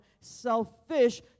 selfish